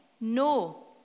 No